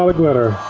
ah glitter.